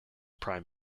prime